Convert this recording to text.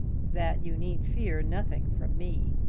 that you need fear nothing from me.